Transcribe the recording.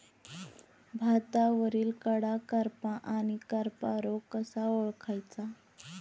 भातावरील कडा करपा आणि करपा रोग कसा ओळखायचा?